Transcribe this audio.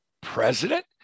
president